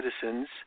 citizens